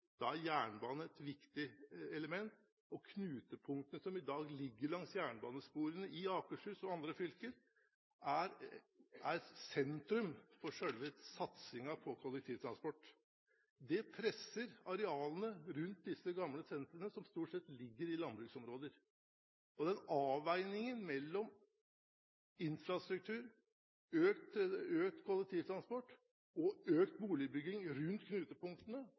Da er jernbane et viktig element. Knutepunktene som i dag ligger langs jernbanesporene i Akershus og andre fylker, er sentrum for selve satsingen på kollektivtransport. Det presser arealene rundt disse gamle sentrene, som stort sett ligger i landbruksområder. Den avveiningen mellom infrastruktur, økt kollektivtransport og økt boligbygging rundt knutepunktene